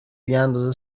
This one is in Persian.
بیاندازه